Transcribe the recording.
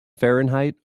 fahrenheit